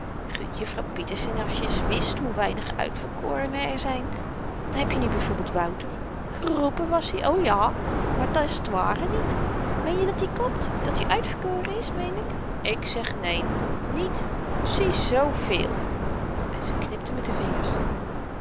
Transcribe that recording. juffrouw pieterse n als je n eens wist hoe weinig uitverkorenen er zyn daar heb je nu byv wouter geroepen was-i o ja maar dat's t ware niet meen je dat-i komt dat-i uitverkoren is meen ik ik zeg neen niet zie zooveel en ze knipte met de vingers